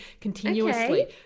continuously